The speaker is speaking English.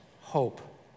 hope